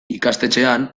ikastetxean